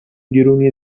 گرونی